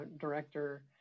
director